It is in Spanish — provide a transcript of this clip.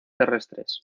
terrestres